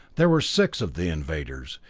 there were six of the invaders,